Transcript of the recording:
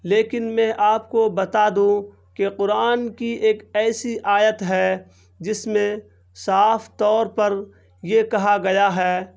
لیکن میں آپ کو بتا دوں کہ قرآن کی ایک ایسی آیت ہے جس میں صاف طور پر یہ کہا گیا ہے